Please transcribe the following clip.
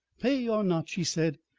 pay or not, she said,